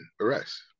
arrests